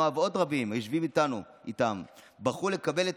נועה ועוד רבים היושבים איתם בחרו לקחת את